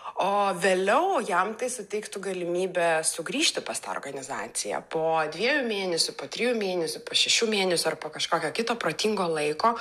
o vėliau jam tai suteiktų galimybę sugrįžti pas tą organizaciją po dviejų mėnesių po trijų mėnesių po šešių mėnesių ar po kažkokio kito protingo laiko